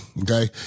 Okay